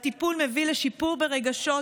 הטיפול מביא לשיפור ברגשות,